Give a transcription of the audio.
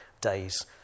days